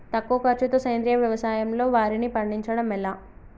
తక్కువ ఖర్చుతో సేంద్రీయ వ్యవసాయంలో వారిని పండించడం ఎలా?